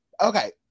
okay